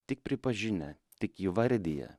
tik pripažinę tik įvardiję